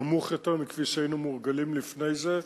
נמוך יותר מכפי שהיינו מורגלים לפני זה.